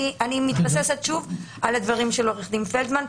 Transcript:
אני מתבססת שוב על הדברים של עו"ד פלדמן.